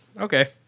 okay